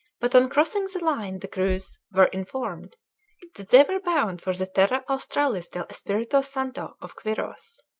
but on crossing the line the crews were informed that they were bound for the terra australis del espirito santo of quiros.